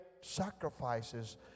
sacrifices